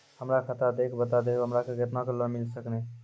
हमरा खाता देख के बता देहु हमरा के केतना के लोन मिल सकनी?